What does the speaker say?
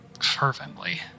fervently